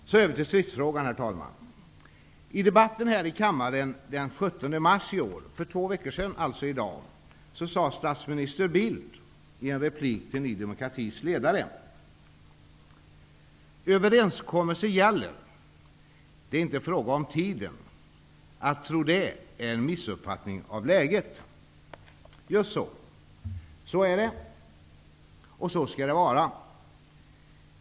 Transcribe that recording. Så över till stridsfrågan, herr talman. I debatten här i kammaren den 17 mars i år, för två veckor sedan, sade statsminister Bildt i en replik till Ny demokratis ledare: ''Överenskommelser gäller. Det är inte fråga om tiden. Att tro det är en missuppfattning av läget.'' Just det. Så är det och så skall det vara.